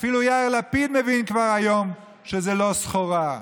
אפילו יאיר לפיד כבר מבין היום שזה לא סחורה.